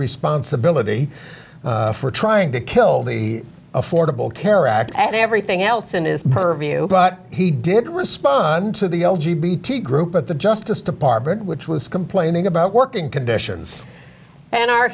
responsibility for trying to kill the affordable care act and everything else in his purview but he did respond to the l g b tea group at the justice department which was complaining about working conditions and our